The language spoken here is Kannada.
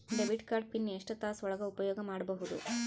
ಡೆಬಿಟ್ ಕಾರ್ಡ್ ಪಿನ್ ಎಷ್ಟ ತಾಸ ಒಳಗ ಉಪಯೋಗ ಮಾಡ್ಬಹುದು?